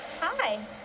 Hi